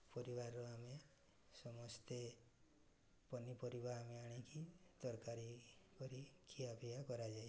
ପରିବାର ଆମେ ସମସ୍ତେ ପନିପରିବା ଆମେ ଆଣିକି ତରକାରୀ କରି ଖିଆପିଆ କରାଯାଏ